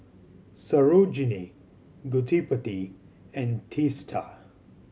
Sarojini Gottipati and Teesta